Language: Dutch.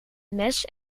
mes